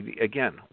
Again